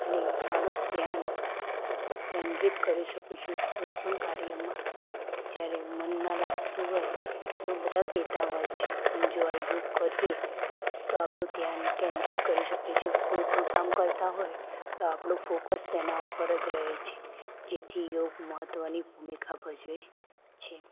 અને મારું ધ્યાન કેન્દ્રિત કરી શકું છું કોઈપણ કાર્યમાં જ્યારે મન ના લાગતું હોય એવું બધા કહેતા હોય છે પણ જો આ યોગ કરીએ તો આપણું ધ્યાન કેન્દ્રિત કરી શકીએ છીએ કોઈપણ કામ કરતા હોય તો આપણું ફોકસ તેના ઉપર જ રહે છે જેથી યોગ મહત્વની ભૂમિકા ભજવે છે